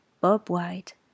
bob-white